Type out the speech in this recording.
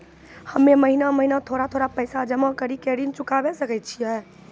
हम्मे महीना महीना थोड़ा थोड़ा पैसा जमा कड़ी के ऋण चुकाबै सकय छियै?